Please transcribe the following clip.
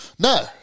No